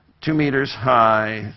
two meters high,